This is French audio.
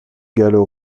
gallo